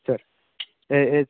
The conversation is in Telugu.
సార్ ఏ ఏది